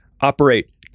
operate